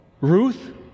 Ruth